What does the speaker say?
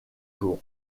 jour